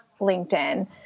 LinkedIn